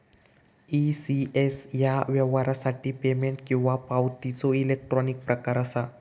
ECS ह्या व्यवहारासाठी payment किंवा पावतीचो इलेक्ट्रॉनिक प्रकार असा